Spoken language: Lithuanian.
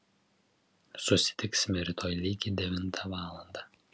susitiksime rytoj lygiai devintą valandą